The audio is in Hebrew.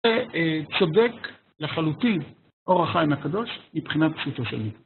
צודק לחלוטין אור החיים הקדוש מבחינת פשוטו של עניין.